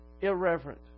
irreverent